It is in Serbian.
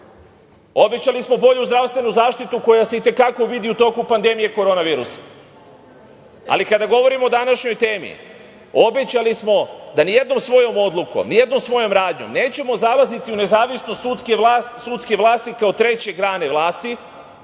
Obećali smo bolju zdravstvenu zaštitu koja se i te kako vidi u toku pandemije korona virusa. Ali, kada govorimo o današnjoj temi, obećali smo da ni jednom svojom odlukom, ni jednom svojom radnjom nećemo zalaziti u nezavisnost sudske vlasti, kao treće grane vlasti,